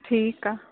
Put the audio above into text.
ठीकु आहे